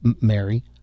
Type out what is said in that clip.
Mary